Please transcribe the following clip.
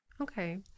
Okay